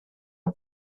for